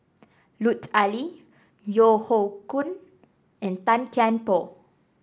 Lut Ali Yeo Hoe Koon and Tan Kian Por